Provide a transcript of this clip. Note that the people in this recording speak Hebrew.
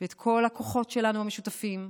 את כל הכוחות שלנו המשותפים,